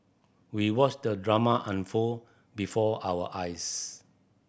we watched the drama unfold before our eyes